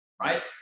right